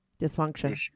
Dysfunction